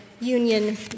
Union